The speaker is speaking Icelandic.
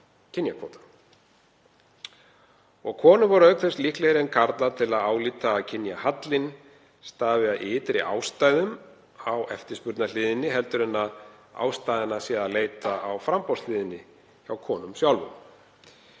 kynjakvóta. Konur voru auk þess líklegri en karlar til að álíta að kynjahallinn stafaði af ytri ástæðum á eftirspurnarhliðinni heldur en að ástæðunnar væri að leita á framboðshliðinni, hjá konum sjálfum.